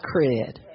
cred